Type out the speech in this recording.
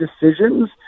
decisions